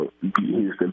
Houston